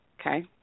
Okay